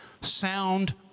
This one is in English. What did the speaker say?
Sound